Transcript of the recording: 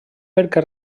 perquè